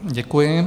Děkuji.